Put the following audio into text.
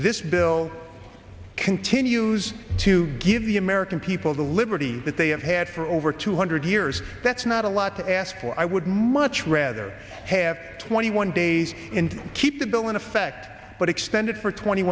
this bill continues to give the american people the liberty that they have had for over two hundred years that's not a lot to ask for i would much rather have twenty one days into keep the bill in effect but extended for twenty